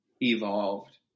evolved